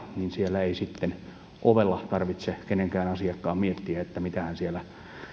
niin siellä ei sitten ovella tarvitse kenenkään asiakkaan miettiä että mitähän siellä